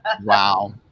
Wow